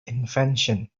invention